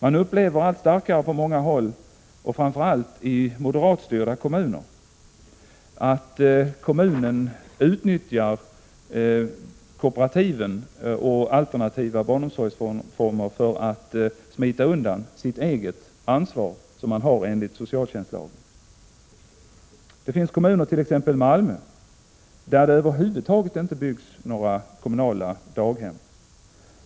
Man upplever allt starkare på många håll, framför allt i moderatstyrda kommuner, att kommunen utnyttjar kooperativ och alternativa barnomsorgsformer för att smita undan det ansvar som man har enligt socialtjänstlagen. Det finns kommuner, t.ex. Malmö, där det över huvud taget inte byggs några kommunala daghem.